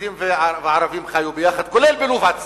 יהודים וערבים חיו יחד, כולל בלוב עצמה.